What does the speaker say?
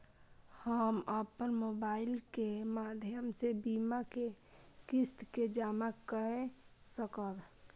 हम अपन मोबाइल के माध्यम से बीमा के किस्त के जमा कै सकब?